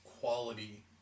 quality